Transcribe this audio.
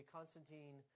Constantine